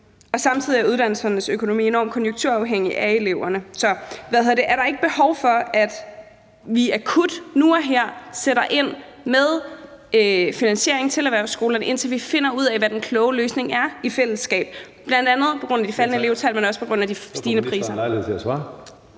Samtidig er uddannelsernes økonomi enormt konjunkturafhængig og afhængig af eleverne. Så er der ikke behov for, at vi akut, nu og her, sætter ind med en finansiering til erhvervsskolerne, indtil vi finder ud af, hvad den kloge løsning er, i fællesskab, bl.a. på grund af de faldende elevtal, men også på grund af de stigende priser?